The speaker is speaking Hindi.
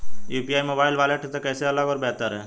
यू.पी.आई मोबाइल वॉलेट से कैसे अलग और बेहतर है?